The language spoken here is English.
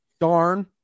darn